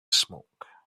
smoke